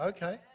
Okay